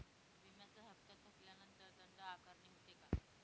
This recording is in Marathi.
विम्याचा हफ्ता थकल्यानंतर दंड आकारणी होते का?